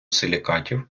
силікатів